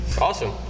awesome